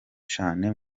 cane